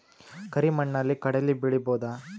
ಕರಿ ಮಣ್ಣಲಿ ಕಡಲಿ ಬೆಳಿ ಬೋದ?